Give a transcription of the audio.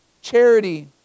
Charity